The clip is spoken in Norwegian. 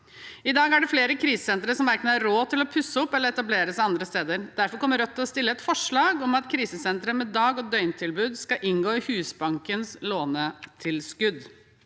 I dag er det flere krisesentre som har råd til å verken pusse opp eller etablere seg andre steder, og derfor kommer Rødt til å fremme et forslag om at krisesentre med dag- og døgntilbud skal inngå i Husbankens ordning med